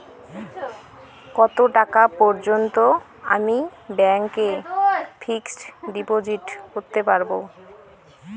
কত টাকা পর্যন্ত আমি ব্যাংক এ ফিক্সড ডিপোজিট করতে পারবো?